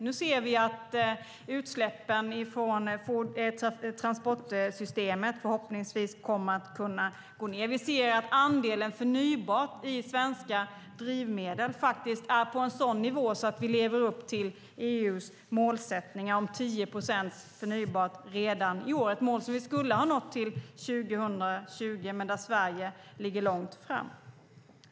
Nu ser vi att utsläppen från transportsystemet förhoppningsvis kommer att sjunka. Andelen förnybart i svenska drivmedel är på en sådan nivå att vi lever upp till EU:s mål om 10 procent förnybart redan i år. Det är ett mål Sverige skulle uppnå till 2020 men där Sverige ligger långt fram.